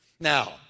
Now